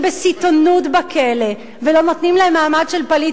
בסיטונות בכלא ולא נותנים להם מעמד של פליט,